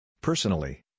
Personally